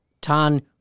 Tan